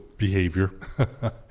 behavior